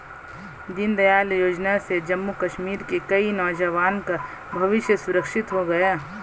दीनदयाल योजना से जम्मू कश्मीर के कई नौजवान का भविष्य सुरक्षित हो गया